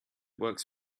works